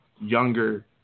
younger